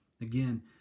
Again